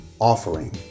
offering